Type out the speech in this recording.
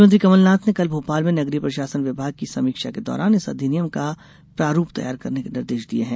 मुख्यमंत्री कमलनाथ ने कल भोपाल में नगरीय प्रशासन विभाग की समीक्षा के दौरान इस अधिनियम का प्रारूप तैयार करने के निर्देश दिये है